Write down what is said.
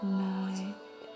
night